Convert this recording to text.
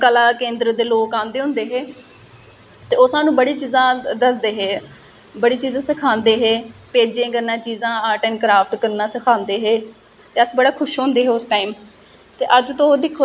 तांहियै करियै कि कोई बी चीज करो ओहदे च मैहनत करो मैहनत करियै अपना ओहदे च उस चीज च फिउचर बनाओ इंटरेस्ट पाओ उस चीज च ते अगला प्रश्न जेहड़ा ऐ